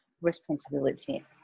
responsibility